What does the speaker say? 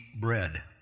bread